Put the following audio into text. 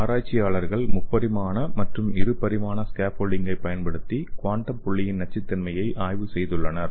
ஆராய்ச்சியாளர்கள் முப்பரிமாண மற்றும் இரு பரிமாண ஸ்கேஃபோல்டிங்கை பயன்படுத்தி குவாண்டம் புள்ளியின் நச்சுத்தன்மையை ஆய்வு செய்துள்ளனர்